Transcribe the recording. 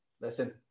listen